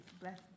bless